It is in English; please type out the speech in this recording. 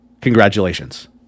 congratulations